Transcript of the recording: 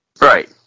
Right